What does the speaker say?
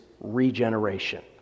regeneration